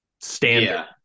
standard